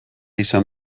izan